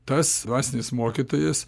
tas dvasinis mokytojas